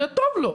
זה טוב לו.